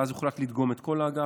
ואז הוחלט לדגום את כל האגף.